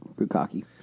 Bukaki